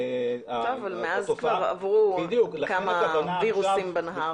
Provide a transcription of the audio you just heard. מאז עברו כמה וירוסים בנהר.